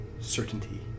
certainty